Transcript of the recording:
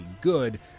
good